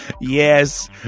yes